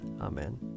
Amen